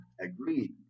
agreed